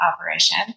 operation